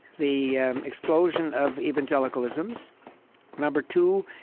the explosion of evangelicalisms number two,